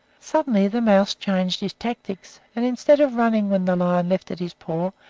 suddenly the mouse changed his tactics, and, instead of running when the lion lifted his paw,